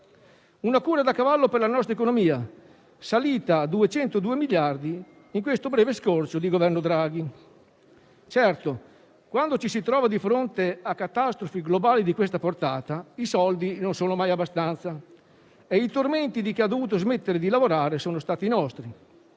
una cura da cavallo per la nostra economia, salita a 202 miliardi in questo breve scorcio di Governo Draghi. Certo, quando ci si trova di fronte a catastrofi globali di questa portata, i soldi non sono mai abbastanza e i tormenti di chi ha dovuto smettere di lavorare sono stati i nostri.